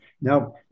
now